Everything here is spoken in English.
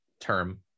term